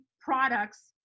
products